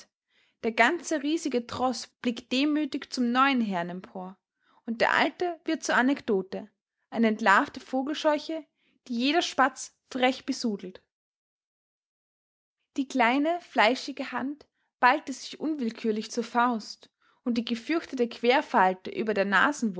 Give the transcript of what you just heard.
der ganze riesige troß blickt demütig zum neuen herrn empor und der alte wird zur anekdote eine entlarvte vogelscheuche die jeder spatz frech besudelt die kleine fleischige hand ballte sich unwillkürlich zur faust und die gefürchtete querfalte über der